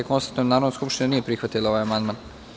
Konstatujem da Narodna skupština nije prihvatila ovaj amandman.